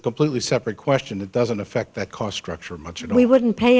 a completely separate question it doesn't affect the cost structure much and we wouldn't pay